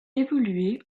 évolué